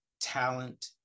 talent